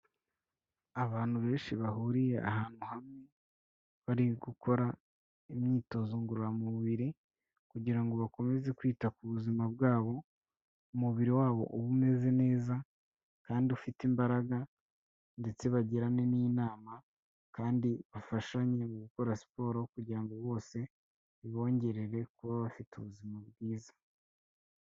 Abantu benshi bahuriye ahantu hamwe, bari gukora imyitozo ngororamubiri, kugira ngo bakomeze kwita ku buzima bwabo, umubiri wabo ube umeze neza, kandi ufite imbaraga, ndetse bagirane n'inama kandi bafashanye mu gukora siporo, kugira ngo bose bibongerere kuba bafite ubuzima bwiza.